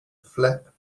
flap